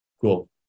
Cool